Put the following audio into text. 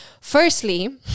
Firstly